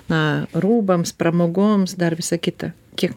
na rūbams pramogoms dar visa kita kiek